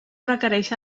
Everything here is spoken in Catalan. requereix